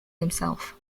himself